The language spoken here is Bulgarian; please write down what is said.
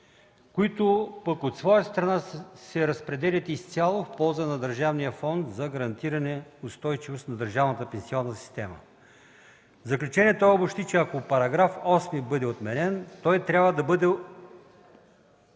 които пък, от своя страна, се разпределят изцяло в полза на Държавния фонд за гарантиране устойчивост на държавната пенсионна система. В заключение той обобщи, че ако § 8 бъде отменен, то трябва да бъдат